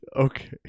okay